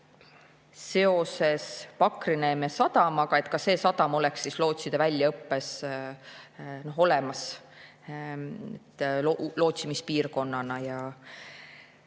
seoses Pakrineeme sadamaga, et ka see sadam oleks lootside väljaõppes olemas lootsimispiirkonnana.